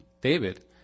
David